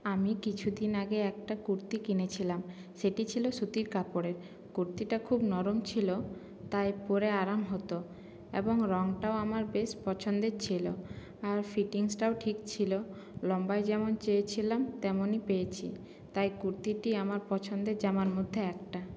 আমি কিছুদিন আগে একটা কুর্তি কিনেছিলাম সেটি ছিলো সুতির কাপড়ের কুর্তিটা খুব নরম ছিল তাই পরে আরাম হত এবং রঙটাও আমার বেশ পছন্দের ছিল আর ফিটিংসটাও ঠিক ছিল লম্বায় যেমন চেয়েছিলাম তেমনই পেয়েছি তাই কুর্তিটি আমার পছন্দের জামার মধ্যে একটা